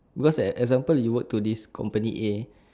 because an example you work to this company A